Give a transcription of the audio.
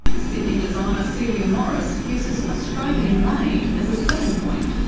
sydney designer celia morris uses australian-made as a selling point,